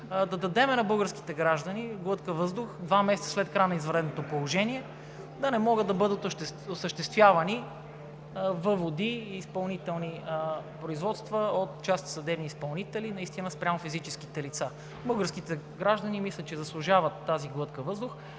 да дадем на българските граждани глътка въздух два месеца след края на извънредното положение да не могат да бъдат осъществявани въводи и изпълнителни производства от частни съдебни изпълнители спрямо физическите лица. Българските граждани мисля, че заслужават тази глътка въздух,